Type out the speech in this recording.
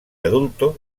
adulto